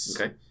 okay